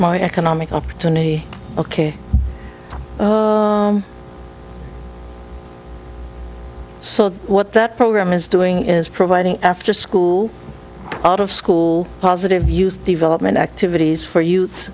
my economic opportunity ok so what that program is doing is providing after school out of school positive youth development activities for youth